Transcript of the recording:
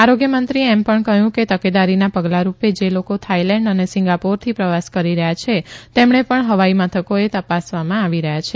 આરોગ્ય મંત્રીએ એમ ણ કહ્યુ કે તકેદારીના ગલારૂ ે જે લોકો થાઇલેન્ઠ અને સિંગા ોરથી પ્રવાસ કરી રહ્યા છે તેમના ણ ફવાઇમથકોએ તૈાસવામાં આવી રહ્યા છે